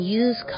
use